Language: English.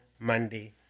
Monday